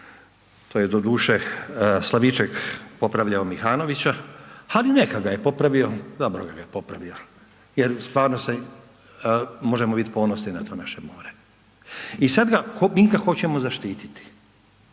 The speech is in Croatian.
to je doduše Slaviček popravljao Mihanovića ali neka ga je popravio, dobro da ga je popravio jer stvarno možemo biti ponosni na to naše more i sad mi ga hoćemo zaštititi